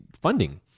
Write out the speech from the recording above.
funding